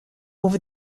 over